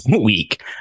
week